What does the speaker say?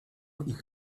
ich